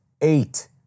eight